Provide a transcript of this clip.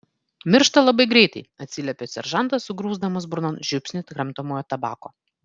miršta labai greitai atsiliepė seržantas sugrūsdamas burnon žiupsnį kramtomojo tabako